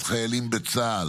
עד שלוש דקות לרשותך, בבקשה.